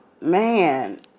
man